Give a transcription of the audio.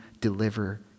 deliver